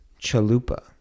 chalupa